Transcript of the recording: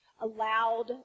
allowed